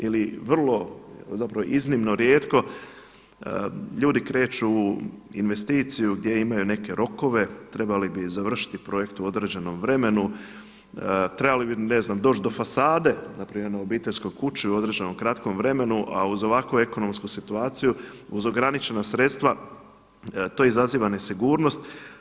Ili vrlo zapravo iznimno, rijetko ljudi kreću u investiciju gdje imaju neke rokove, trebali bi završiti projekte u određenom vremenu, trebali bi ne znam doći do fasade npr. na obiteljskoj kući u određenom kratkom vremenu a uz ovakvu ekonomsku situaciju uz ograničena sredstva to izaziva nesigurnost.